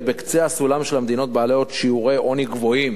בקצה הסולם של המדינות בעלות שיעורי עוני גבוהים